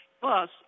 Plus